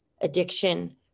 addiction